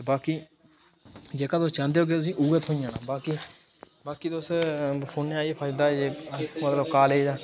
बाकी जेह्का तुस चांह्दे होगे तुसें ई उ'ऐ थ्होई जाना बाकी बाकी तुस फोनै दा एह् फायदा जे मतलब कालेज दा